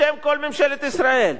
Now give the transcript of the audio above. בשם כל ממשלת ישראל.